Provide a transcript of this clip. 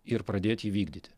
ir pradėt jį vykdyti